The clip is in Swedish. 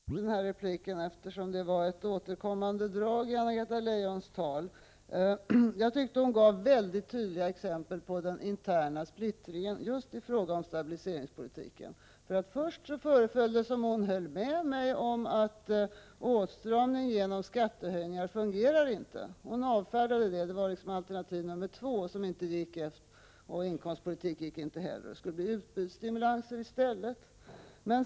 Fru talman! Jag skall i den här repliken hålla mig till stabiliseringspolitiken, eftersom den var ett återkommande tema i Anna-Greta Leijons anförande. Jag tyckte att Anna-Greta Leijon gav mycket tydliga exempel på den interna splittringen just i fråga om stabiliseringspolitiken. Först föreföll det som om hon höll med mig om att åtstramning genom skattehöjningar inte fungerar. Hon avfärdade det — det var alternativ nr 2 som inte gick; inkomstpolitik gick inte heller. Det skulle bli utbud och stimulanser i stället.